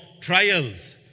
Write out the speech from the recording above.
trials